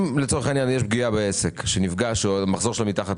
אם יש פגיעה בעסק שהמחזור שלו מתחת